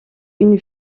une